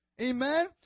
amen